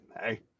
Hey